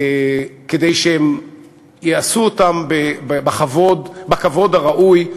כדי שהם יעשו אותם בכבוד הראוי,